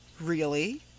Really